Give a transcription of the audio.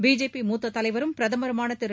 BJP மூத்த தலைவரும் பிரதமருமான திரு